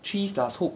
threes plus hook